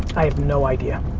i have no idea.